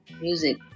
music